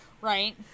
Right